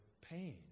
pain